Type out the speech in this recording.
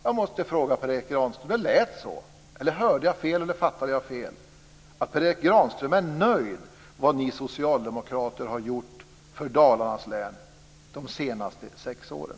Jag måste fråga Per Erik Granström om jag hörde eller fattade fel, att Per Erik Granström är nöjd med vad ni socialdemokrater har gjort för Dalarnas län de senaste sex åren.